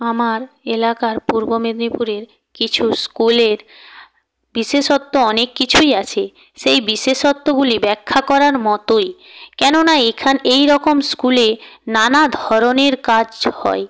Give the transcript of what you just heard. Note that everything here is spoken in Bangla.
আমার এলাকার পূর্ব মেদিনীপুরের কিছু স্কুলের বিশেষত্ব অনেক কিছুই আছে সেই বিশেষত্বগুলি ব্যাখ্যা করার মতই কেননা এইরকম স্কুলে নানা ধরনের কাজ হয়